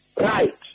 right